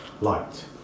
Light